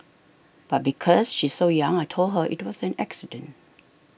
but because she's so young I told her it was an accident